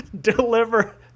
deliver